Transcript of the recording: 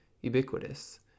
ubiquitous